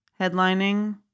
headlining